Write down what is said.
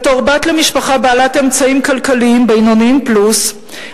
בתור בת למשפחה בעלת אמצעים כלכליים בינוניים פלוס,